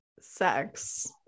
sex